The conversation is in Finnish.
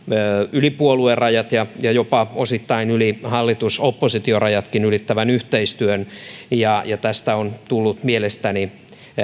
yli puoluerajat ja osittain jopa yli hallitus oppositio rajatkin ylittävän yhteistyön aikana ja tästä on tullut mielestäni